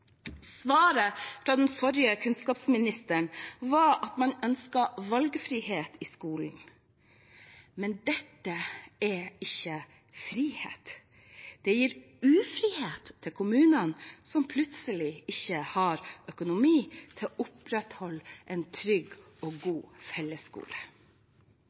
Svaret fra den forrige kunnskapsministeren var at man ønsker valgfrihet i skolen. Men dette gir ikke frihet – det gir ufrihet til en kommune som plutselig ikke har økonomi til å opprettholde en trygg og god fellesskole.